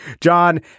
John